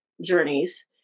journeys